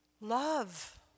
Love